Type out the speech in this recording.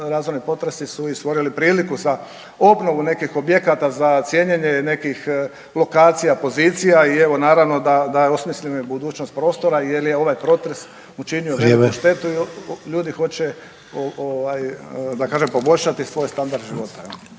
razorni potresi su i stvorili priliku za obnovu nekih objekata, za cijenjene nekih lokacija, pozicija i evo naravno da je osmišljena i budućnost prostora jer je ovaj potres učinio … …/Upadica Sanader: Vrijeme./… … veliku štetu i ljudi hoće da kažem poboljšati svoj standard života.